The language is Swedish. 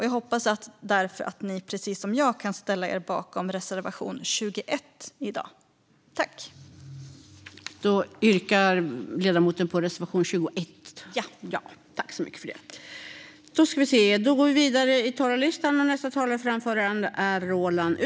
Jag hoppas därför att ni precis som jag i dag kan ställa er bakom reservation 21, som jag yrkar bifall till.